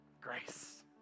grace